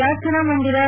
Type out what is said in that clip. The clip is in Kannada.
ಪ್ರಾರ್ಥನಾ ಮಂದಿರಾ